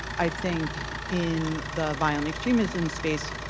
i think in the violent extremism space,